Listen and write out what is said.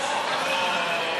אווו.